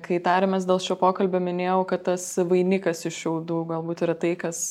kai tarėmės dėl šio pokalbio minėjau kad tas vainikas iš šiaudų galbūt yra tai kas